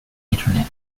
internet